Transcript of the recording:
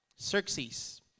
Xerxes